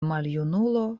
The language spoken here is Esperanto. maljunulo